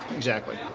exactly.